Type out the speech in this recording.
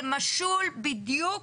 זה משול בדיוק